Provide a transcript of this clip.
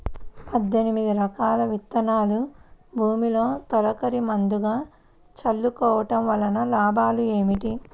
పద్దెనిమిది రకాల విత్తనాలు భూమిలో తొలకరి ముందుగా చల్లుకోవటం వలన లాభాలు ఏమిటి?